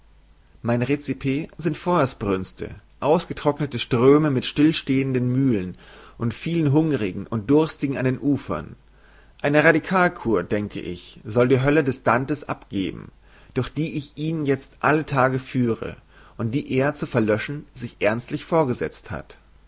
mein recipe sind feuersbrünste ausgetrocknete ströme mit stillstehenden mühlen und vielen hungrigen und durstigen an den ufern eine radikalkur denke ich soll die hölle des dante abgeben durch die ich ihn jezt alle tage führe und die er zu verlöschen sich ernstlich vorgesezt hat